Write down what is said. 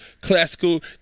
classical